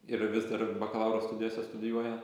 ir vis dar bakalauro studijose studijuoja